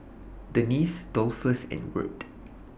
Denese Dolphus and Wirt